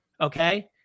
Okay